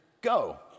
go